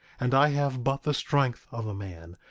and i have but the strength of a man,